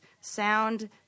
sound